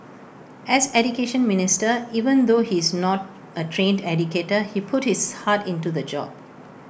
as Education Minister even though he's not A trained educator he put his heart into the job